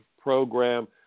program